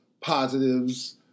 positives